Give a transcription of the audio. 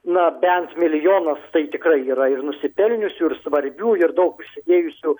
na bent milijonas tai tikrai yra ir nusipelniusių ir svarbių ir daug prisidėjusių